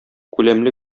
күләмле